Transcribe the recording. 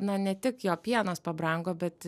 na ne tik jo pienas pabrango bet